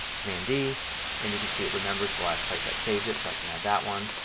command d and you can see it remembers the last place i saved it. so i can add that one.